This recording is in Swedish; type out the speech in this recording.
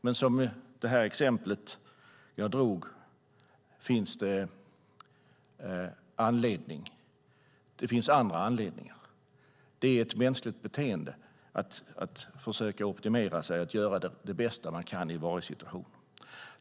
Se på det exempel jag tog upp. Det är fråga om ett mänskligt beteende att försöka optimera sig, att göra det bästa man kan i varje situation.